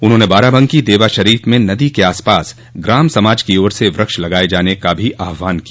उन्होंने बाराबंकी देवा शरीफ में नदी के आसपास ग्राम समाज की ओर से वृक्ष लगाये जाने का भी आहवान किया